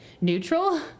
neutral